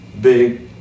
big